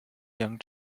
young